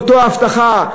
באותה הבטחה,